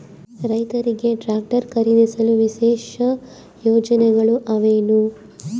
ರೈತರಿಗೆ ಟ್ರಾಕ್ಟರ್ ಖರೇದಿಸಲು ವಿಶೇಷ ಯೋಜನೆಗಳು ಅವ ಏನು?